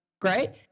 Great